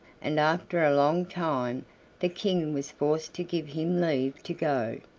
and after a long time the king was forced to give him leave to go.